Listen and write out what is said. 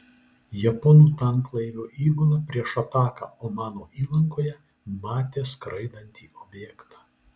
japonų tanklaivio įgula prieš ataką omano įlankoje matė skraidantį objektą